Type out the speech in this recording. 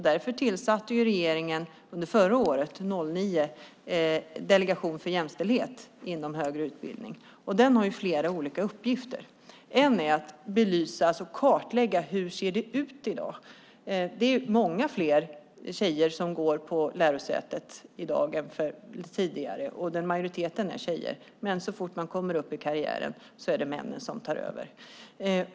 Därför tillsatte regeringen under förra året, 2009, en delegation för jämställdhet inom högre utbildning. Den har flera olika uppgifter. En är att kartlägga hur det ser ut i dag. Det är många fler tjejer som går på lärosätet i dag än tidigare; majoriteten är tjejer. Men så fort man kommer upp i karriären är det männen som tar över.